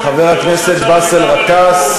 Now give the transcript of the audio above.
וראש הממשלה,